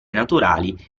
naturali